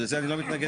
שלזה אני לא מתנגד.